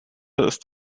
ist